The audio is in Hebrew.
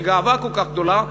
בגאווה כל כך גדולה,